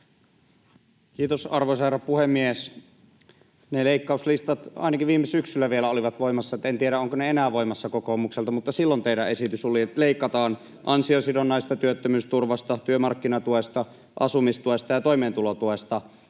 Kiitos, arvoisa herra puhemies! Ne leikkauslistat ainakin viime syksynä vielä olivat voimassa, en tiedä, ovatko ne enää voimassa kokoomuksella, mutta silloin teidän esityksenne oli, että leikataan ansiosidonnaisesta työttömyysturvasta, työmarkkinatuesta, asumistuesta ja toimeentulotuesta.